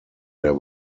der